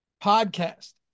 podcast